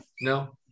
no